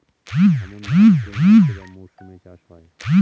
আমন ধান কোন মাসে বা মরশুমে চাষ হয়?